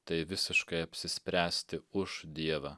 tai visiškai apsispręsti už dievą